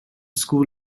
school